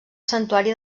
santuari